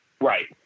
Right